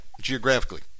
geographically